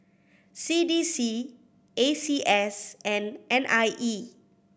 C D C A C S and N I E